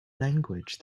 language